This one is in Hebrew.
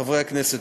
חברי הכנסת,